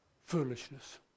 foolishness